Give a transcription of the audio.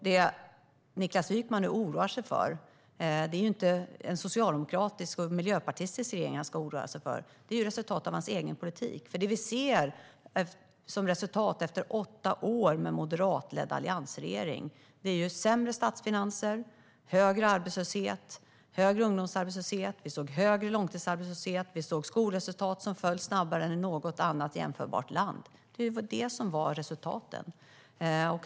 Det Niklas Wykman ska oroa sig för är inte en socialdemokratisk och miljöpartistisk regerings politik, utan det är resultatet av hans egen politik. De resultat vi såg efter åtta år med en moderatledd alliansregering var sämre statsfinanser, högre arbetslöshet, högre ungdomsarbetslöshet, högre långtidsarbetslöshet och skolresultat som föll snabbare än i något jämförbart land.